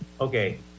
okay